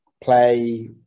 play